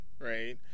right